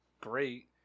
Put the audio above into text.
great